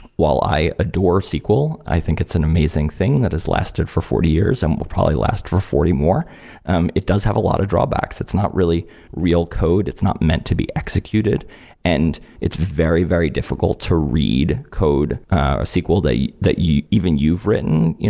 while i adore sql, i think it's an amazing thing that has lasted for forty years and will probably last for forty more it does have a lot of drawbacks. it's not really real code. it's not meant to be executed and it's very, very difficult to read code, a sql that even you've written.